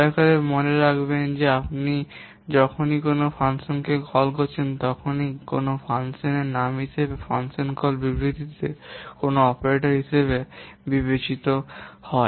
দয়া করে মনে রাখবেন আপনি যখনই কোনও ফাংশনকে কল করছেন তখন কোনও ফাংশনটির নাম হিসাবে ফাংশন কল বিবৃতিতে কোনও অপারেটর হিসাবে বিবেচিত হয়